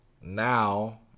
now